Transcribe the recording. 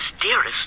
dearest